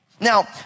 Now